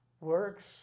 Works